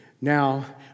Now